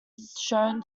shown